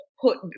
put